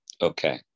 Okay